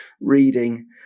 reading